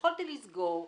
שיכולתי לסגור.